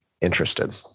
interested